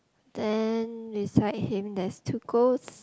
then beside him there's two ghosts